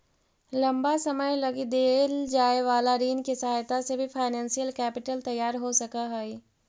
लंबा समय लगी देल जाए वाला ऋण के सहायता से भी फाइनेंशियल कैपिटल तैयार हो सकऽ हई